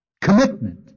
commitment